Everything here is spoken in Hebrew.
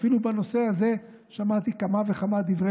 אפילו בנושא הזה שמעתי כמה וכמה דברי